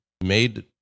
made